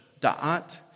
Da'at